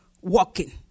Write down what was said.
walking